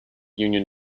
union